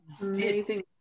Amazing